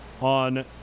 on